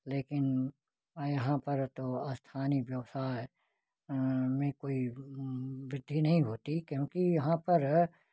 लेकिन यहाँ पर तो स्थानीय व्यवसाय में कोई वृद्धि नहीं होती क्योंकि यहाँ पर